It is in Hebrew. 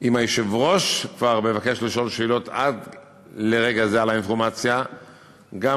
אם היושב-ראש כבר מבקש לשאול שאלות על האינפורמציה שהבאתי עד לרגע זה,